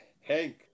Hank